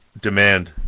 Demand